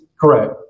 Correct